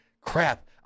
crap